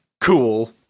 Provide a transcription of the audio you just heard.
cool